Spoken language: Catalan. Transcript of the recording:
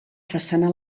façana